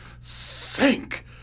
Sink